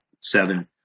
seven